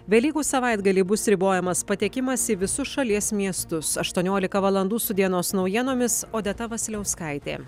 velykų savaitgalį bus ribojamas patekimas į visus šalies miestus aštuoniolika valandų su dienos naujienomis odeta vasiliauskaitė